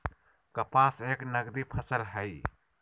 कपास एक नगदी फसल हई